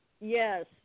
Yes